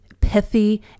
pithy